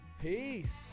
Peace